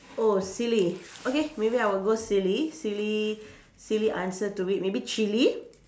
oh silly okay maybe I'll go silly silly silly answer do it maybe chili